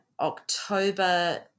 October